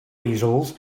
easels